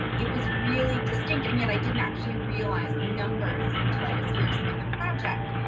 it was really distinct and yet i didn't actually realize the numbers until i was years into the project.